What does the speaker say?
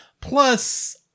Plus